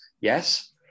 yes